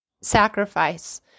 sacrifice